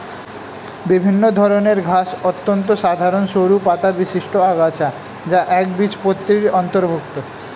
বিভিন্ন ধরনের ঘাস অত্যন্ত সাধারণ সরু পাতাবিশিষ্ট আগাছা যা একবীজপত্রীর অন্তর্ভুক্ত